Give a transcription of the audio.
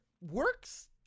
works